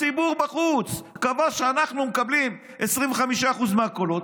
הציבור בחוץ קבע שאנחנו מקבלים 25% מהקולות,